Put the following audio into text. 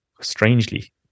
strangely